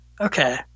Okay